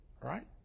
right